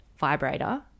vibrator